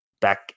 back